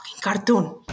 cartoon